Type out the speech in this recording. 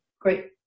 Great